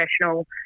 professional